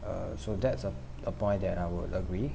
uh so that's a a point that I would agree